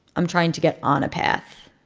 i'm trying to get on a path.